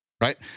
right